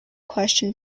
question